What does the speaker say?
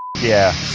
yeah